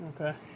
Okay